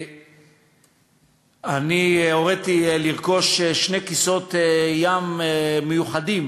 אני הוריתי לרכוש שני כיסאות ים מיוחדים